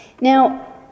Now